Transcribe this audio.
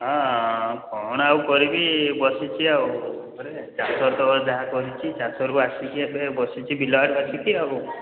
ହଁ କ'ଣ ଆଉ କରିବି ବସିଛି ଆଉ ଘରେ ଚାଷବାସ ତ ଯାହା କରିଛି ଚାଷରୁ ଆସିକି ଏବେ ବସିଛି ବିଲ ଆଡୁ ଆସିକି ଆଉ